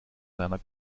seiner